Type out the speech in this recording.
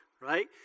right